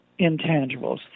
intangibles